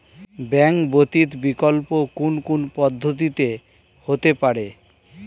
Bank ব্যতীত বিকল্প কোন কোন পদ্ধতিতে হতে পারে?